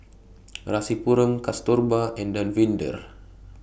Rasipuram Kasturba and Davinder